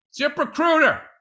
Ziprecruiter